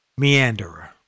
meanderer